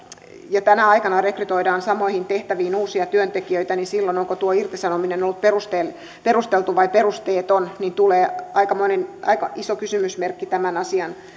ja tänä aikana rekrytoidaan samoihin tehtäviin uusia työntekijöitä niin onko tuo irtisanominen silloin ollut perusteltu vai perusteeton tulee aika iso kysymysmerkki tämän asian